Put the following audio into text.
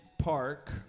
Park